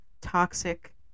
toxic